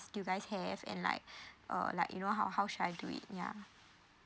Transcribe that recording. do you guys have and like err like you know how how should I do it yeah